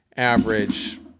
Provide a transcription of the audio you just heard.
Average